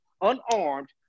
unarmed